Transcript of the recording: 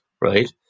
right